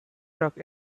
truck